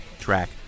track